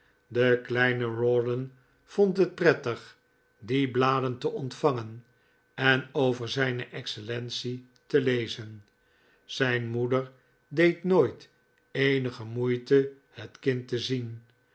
de kleine rawdon vond het prettig die bladen te ontvangen en over zijne excellence te lezen zijn moeder deed nooit eenige moeite het kind te zien